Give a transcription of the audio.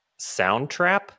Soundtrap